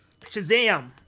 Shazam